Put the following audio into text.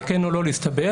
וכן או לא להסתבך,